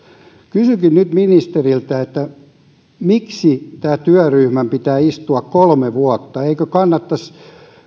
kysynkin nyt ministeriltä miksi tämän työryhmän pitää istua kolme vuotta eikö kannattaisi